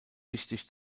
wichtig